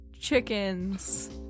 chickens